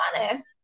honest